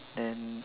and